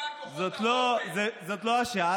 אבל לא, זאת לא השעה.